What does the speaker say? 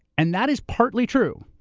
and that is partly true.